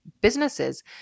businesses